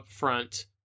upfront